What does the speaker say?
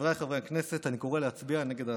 חבריי חברי הכנסת, אני קורא להצביע נגד ההצעה.